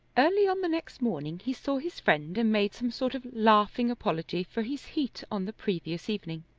early on the next morning he saw his friend and made some sort of laughing apology for his heat on the previous evening.